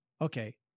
okay